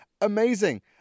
Amazing